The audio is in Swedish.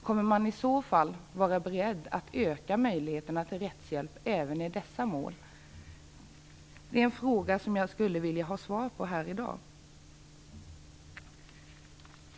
Kommer man i så fall att vara beredd att öka möjligheterna till rättshjälp även i dessa mål? Det är en fråga som jag skulle vilja ha svar på här i dag.